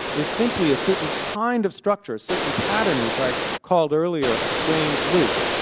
is simply a certain kind of structure, a certain pattern, which i called earlier a strange loop.